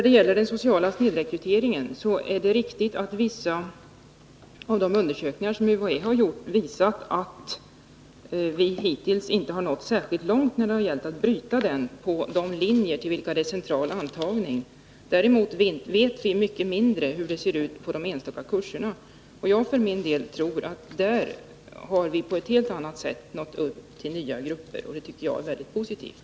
Beträffande den sociala snedrekryteringen så är det riktigt att vissa av UHÄ:s undersökningar har visat att vi hittills inte har nått särskilt långt när det gällt att bryta trenden på linjer där central antagning tillämpas. När det däremot gäller enstaka kurser vet vi mycket mindre om hur förhållandena är. Jag för min del tror att vi där på ett helt annat sätt än tidigare nått ut till nya grupper, vilket är mycket positivt.